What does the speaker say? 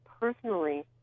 personally